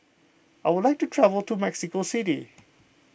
I would like to travel to Mexico City